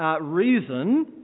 reason